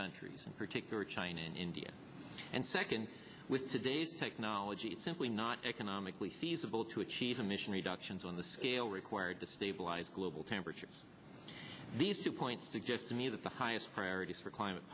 countries in particular china and india and second with today's technology it's simply not economically feasible to achieve emission reductions on the scale required to stabilise global temperatures these two points suggest to me that the highest priority for climate